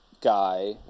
guy